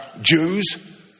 Jews